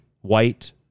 white